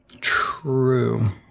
True